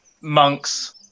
monks